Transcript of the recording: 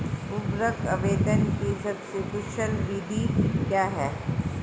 उर्वरक आवेदन की सबसे कुशल विधि क्या है?